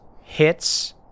hits